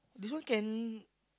this one can